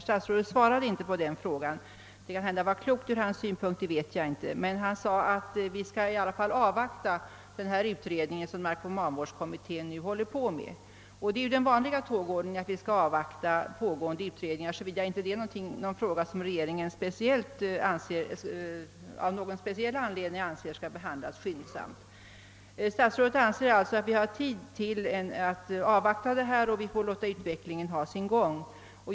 Statsrådet svarade inte på den frågan. Det kanske var klokt ur hans synvinkel, vad vet jag? Han sade att vi skall avvakta den utredning som narkomanvårdskommittén håller på med. Det är ju den vanliga tågordningen, att vi skall avvakta pågående utredningar, såvida det inte är en fråga som regeringen av någon speciell anledning anser skall behandlas skyndsamt. Statsrådet anser alltså att vi har tid att avvakta utredningen och att låta utvecklingen ha sin gång.